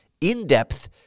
in-depth